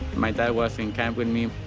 my dad was in camp with me.